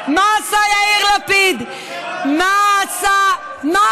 זה לא נכון.